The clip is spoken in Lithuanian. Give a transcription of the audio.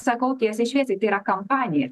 sakau tiesiai šviesiai tai yra kampanija